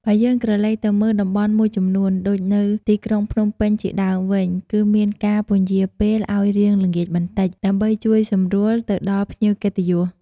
បើយើងក្រឡេកទៅមើលតំបន់មួយចំនួន ដូចនៅទីក្រុងភ្នំពេញជាដើមវិញ គឺមានការពន្យារពេលឲ្យរៀងល្ងាចបន្តិច ដើម្បីជួយសម្រួលទៅដល់ភ្ញៀវកិត្តិយស។